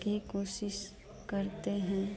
की कोशिश करते हैं